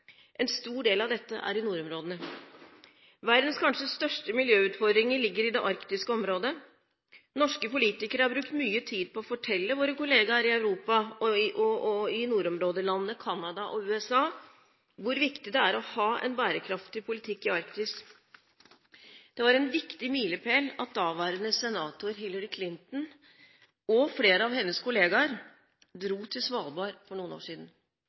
En stor del av dette er i nordområdene. Verdens kanskje største miljøutfordringer ligger i det arktiske området. Norske politikere har brukt mye tid på å fortelle våre kolleger i Europa og i nordområdelandene Canada og USA hvor viktig det er å ha en bærekraftig politikk i Arktis. Det var en viktig milepæl at daværende senator Hillary Clinton og flere av hennes kolleger dro til Svalbard for noen år siden,